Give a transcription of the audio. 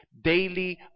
daily